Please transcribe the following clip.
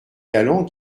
galant